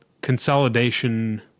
consolidation